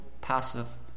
passeth